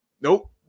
Nope